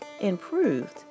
improved